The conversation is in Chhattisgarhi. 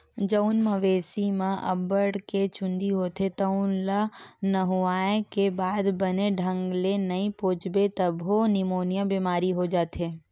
जउन मवेशी म अब्बड़ के चूंदी होथे तउन ल नहुवाए के बाद बने ढंग ले नइ पोछबे तभो निमोनिया बेमारी हो जाथे